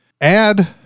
add